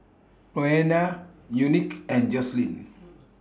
Roena Unique and Joselyn